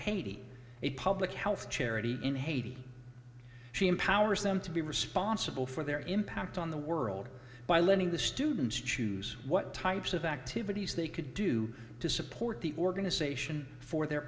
haiti a public health charity in haiti she empowers them to be responsible for their impact on the world by letting the students choose what types of activities they could do to support the organization for their